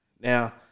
Now